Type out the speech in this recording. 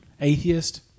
Atheist